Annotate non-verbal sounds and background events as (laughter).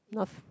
not (noise)